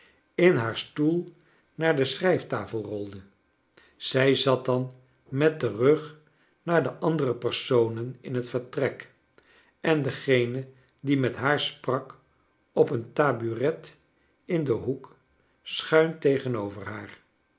in haar stoel naar de schrijf tafel rolde zij zat dan met den rug naar de andere personen in het vertrek en degene die met haar sprak op een tabouret in den hoek schuin tegenover haar